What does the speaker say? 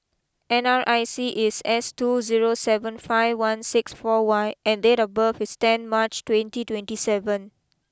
N R I C is S two zero seven five one six four Y and date of birth is ten March twenty twenty seven